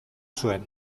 zuen